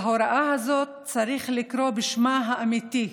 להוראה הזאת צריך לקרוא בשמה האמיתי,